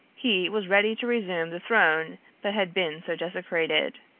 he was ready to resume the throne that had been so desecrated.